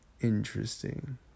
interesting